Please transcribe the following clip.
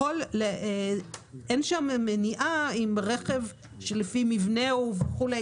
אין שם מניעה אם רכב שלפי מבנהו וכולי,